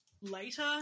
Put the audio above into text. later